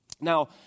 Now